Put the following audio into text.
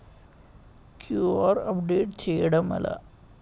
QR update చేయడం ఎలా?